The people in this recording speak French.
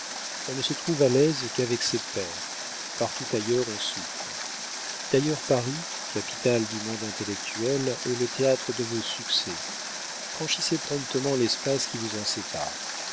on ne se trouve à l'aise qu'avec ses pairs partout ailleurs on souffre d'ailleurs paris capitale du monde intellectuel est le théâtre de vos succès franchissez promptement l'espace qui vous en sépare